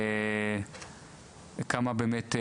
כמה באמת,